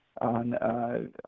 on